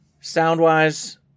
sound-wise